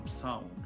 sound